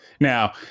Now